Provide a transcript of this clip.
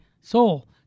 soul